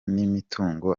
n’imitungo